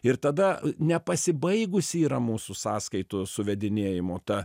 ir tada nepasibaigusi yra mūsų sąskaitų suvedinėjimo ta